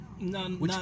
none